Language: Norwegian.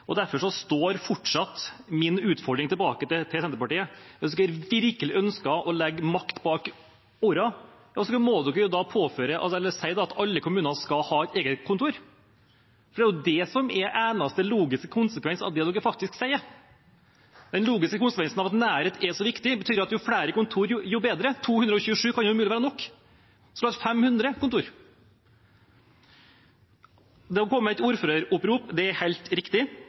fortsatt min utfordring til Senterpartiet: Hvis de virkelig ønsker å legge makt bak ordene, må de si at alle kommuner skal ha et eget kontor, for det er jo det som er den eneste logiske konsekvensen av det de faktisk sier. Den logiske konsekvensen av at nærhet er så viktig, er: Jo flere kontor, jo bedre. 227 kan umulig være nok – en skulle hatt 500 kontor! Det er kommet et ordføreropprop, det er helt riktig.